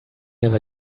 never